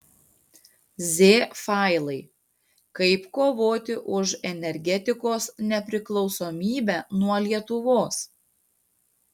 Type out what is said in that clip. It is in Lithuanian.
z failai kaip kovoti už energetikos nepriklausomybę nuo lietuvos